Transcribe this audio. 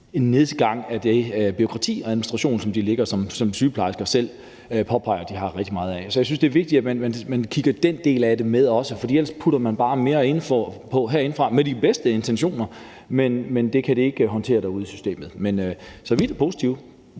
en nedgang i det bureaukrati og den administration, som sygeplejersker selv påpeger at de har rigtig meget af. Så jeg synes, det er vigtigt, at man også tænker den del af det med, for ellers putter man bare mere på herindefra, med de bedste intentioner, men det kan de ikke håndtere derude i systemet. Men vi er da positive,